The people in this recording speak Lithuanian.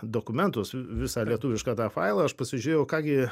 dokumentus visą lietuvišką tą failą aš pasižiūrėjau ką gi